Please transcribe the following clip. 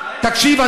תקשיב,